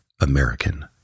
American